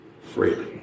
freely